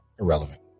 irrelevant